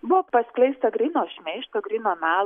buvo paskleista gryno šmeižto gryno melo